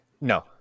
no